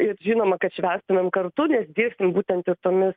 ir žinoma kad švęstumėm kartu nes dirbsim būtent tomis